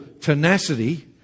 tenacity